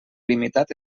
limitat